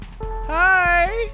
hi